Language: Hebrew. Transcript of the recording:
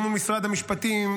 אל מול משרד המשפטים.